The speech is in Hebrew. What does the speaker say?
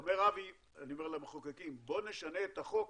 אומר אבי, אני אומר למחוקקים, בואו נשנה את החוק